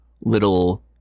little